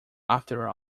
after